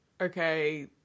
okay